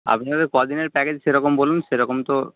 আপনাদের ক দিনের প্যাকেজ সেরকম বলুন সেরকম তো